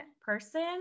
person